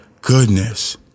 goodness